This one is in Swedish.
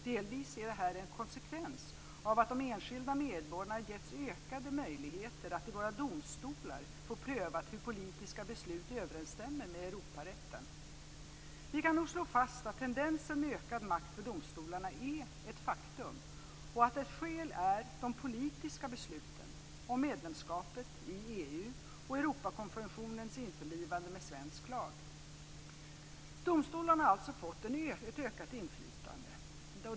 Delvis är det här en konsekvens av att de enskilda medborgarna getts ökade möjligheter att i våra domstolar få prövat hur politiska beslut överensstämmer med Europarätten. Vi kan nog slå fast att tendensen med ökad makt för domstolarna är ett faktum, och att ett skäl är de politiska besluten om medlemskapet i EU och Europakonventionens införlivande med svensk lag. Domstolarna har alltså fått ett ökat inflytande.